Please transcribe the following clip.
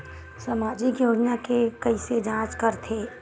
सामाजिक योजना के कइसे जांच करथे?